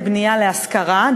לבנייה להשכרה,